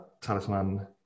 talisman